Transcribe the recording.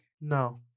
No